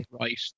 right